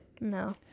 No